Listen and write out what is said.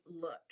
look